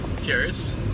Curious